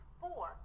four